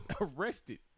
arrested